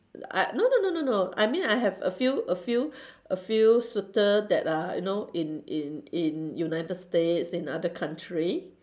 I no no no no no I mean I have a few a few a few suitor that are you know in in in united-states in other country